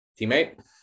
Teammate